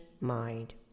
mind